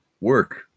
work